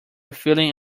feeling